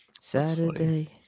Saturday